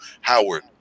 Howard